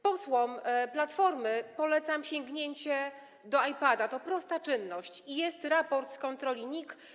Posłom Platformy polecam sięgnięcie do iPada - to jest prosta czynność - jest raport z kontroli NIK.